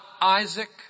Isaac